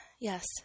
yes